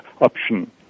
option